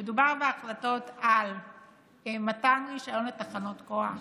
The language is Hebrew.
מדובר בהחלטות על מתן רישיון לתחנות כוח,